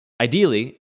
ideally